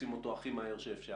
כשעושים אותו הכי מהר שאפשר?